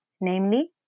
namely